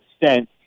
extent